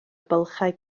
bylchau